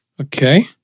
Okay